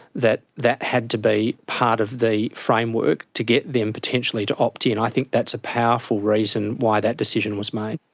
that that had to be part of the framework to get them potentially to opt-in, i think that's a powerful reason why that decision was made.